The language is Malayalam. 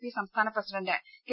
പി സംസ്ഥാന പ്രസിഡന്റ് കെ